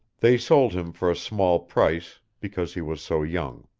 they sold him for a small price, because he was so young.